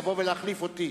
לבוא ולהחליף אותי.